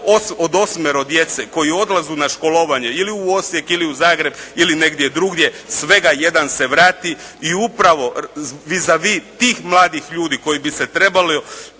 od osmero djece koji odlaze na školovanje ili u Osijek ili u Zagreb ili negdje drugdje svega jedan se vrati i upravo vis a vis tih mladih ljudi koji bi se trebali